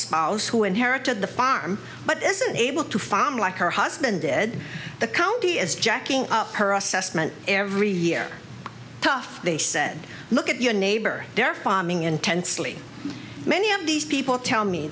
spouse who inherited the farm but isn't able to farm like her husband did the county is jacking up her assessment every year tough they said look at your neighbor they're farming intensely many of these people tell me